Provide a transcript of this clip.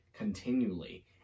continually